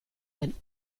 and